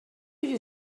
you